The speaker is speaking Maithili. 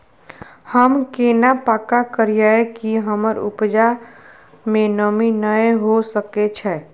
हम केना पक्का करियै कि हमर उपजा में नमी नय होय सके छै?